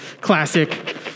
classic